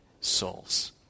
souls